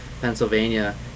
Pennsylvania